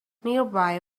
nearby